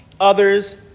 others